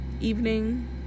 evening